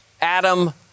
Adam